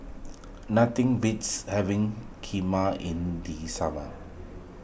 nothing beats having Kheema in the summer